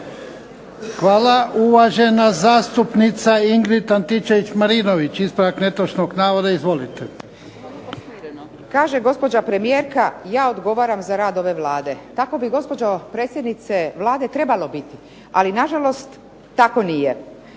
Hvala. Uvažena zastupnica Ingrid Antičević Marinović, ispravak netočnog navoda. Izvolite. **Antičević Marinović, Ingrid (SDP)** Kaže gospođa premijerka ja odgovaram za rad ove Vlade. Tako bi gospođo predsjednice Vlade trebalo biti, ali na žalost tako nije.